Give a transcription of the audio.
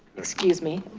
excuse me.